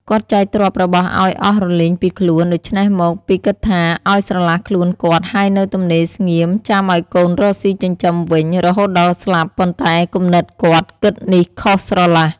គាត់ចែកទ្រព្យរបស់ឱ្យអស់រលីងពីខ្លួន ដូច្នេះមកពីគិតថា ឱ្យស្រឡះខ្លួនគាត់ ហើយនៅទំនេរស្ងៀម ចាំឱ្យកូនរកស៊ីចិញ្ចឹមវិញ រហូតដល់ស្លាប់ ” ប៉ុន្តែគំនិតគាត់ គិតនេះខុសស្រឡះ ។